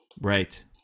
Right